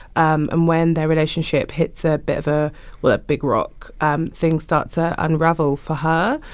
um and when their relationship hits a bit of a well, a big rock, um things start to unravel for her.